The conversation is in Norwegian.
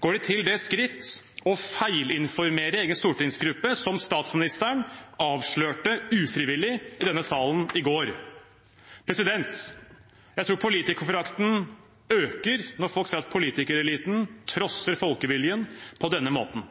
går de til det skritt å feilinformere egen stortingsgruppe, som statsministeren ufrivillig avslørte i denne salen i går. Jeg tror politikerforakten øker når folk ser at politikereliten trosser folkeviljen på denne måten.